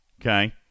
Okay